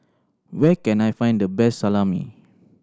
where can I find the best Salami